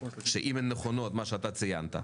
אם נכון מה שאתה ציינת,